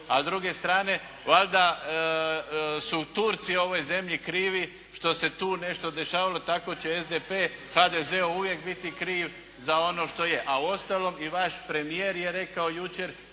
A s druge strane valjda su Turci ovoj zemlji krivi što se tu nešto dešavalo. Tako će SDP HDZ-u uvijek biti kriv za ono što je. A uostalom i vaš premijer je rekao jučer,